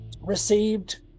received